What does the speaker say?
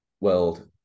world